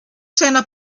seiner